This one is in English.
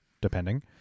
depending